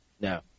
No